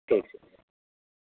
ठीक छै